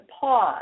pause